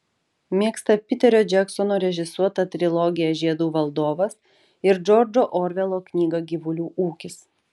mėgsta piterio džeksono režisuotą trilogiją žiedų valdovas ir džordžo orvelo knygą gyvulių ūkis